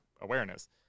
awareness